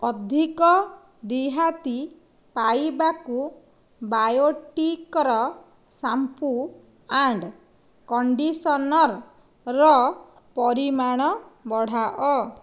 ଅଧିକ ରିହାତି ପାଇବାକୁ ବାୟୋଟିକ୍ର ଶ୍ୟାମ୍ପୂ ଆଣ୍ଡ୍ କଣ୍ଡିସନରର ପରିମାଣ ବଢ଼ାଅ